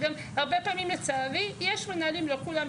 וגם הרבה פעמים לצערי יש מנהלים לא כולם,